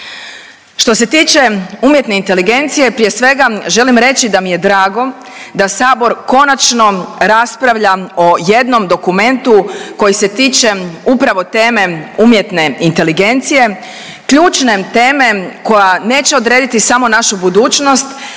Što se tiče umjetne inteligencije, prije svega, želim reći da mi je drago da Sabor konačno raspravlja o jednom dokumentu koji se tiče upravo teme umjetne inteligencije, ključne teme koja neće odrediti samo našu budućnost,